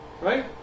Right